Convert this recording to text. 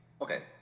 Okay